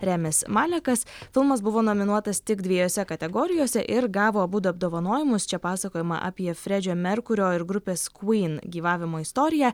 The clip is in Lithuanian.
remis malekas filmas buvo nominuotas tik dviejose kategorijose ir gavo abudu apdovanojimus čia pasakojama apie fredžio merkurio ir grupės kuyn gyvavimo istoriją